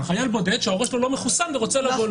חייל בודד שההורה שלו לא מחוסן ורוצה לבוא לפה.